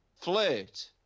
flirt